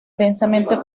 densamente